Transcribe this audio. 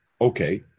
Okay